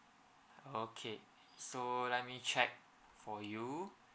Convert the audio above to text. okay so let me check for you